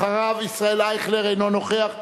אחריו, ישראל אייכלר, אינו נוכח.